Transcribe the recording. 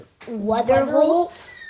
Weatherholt